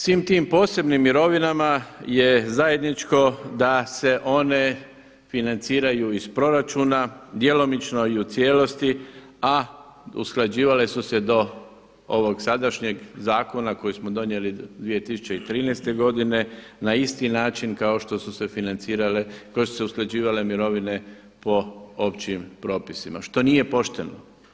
Svim tim posebnim mirovinama je zajedničko da se one financiraju iz proračuna, djelomično i u cijelosti a usklađivale su se do ovog sadašnjeg zakon koji smo donijeli 2013. godine na isti način kao što su se financirale, kojim su se usklađivale mirovine po općim propisima što nije pošteno.